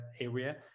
area